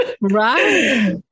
right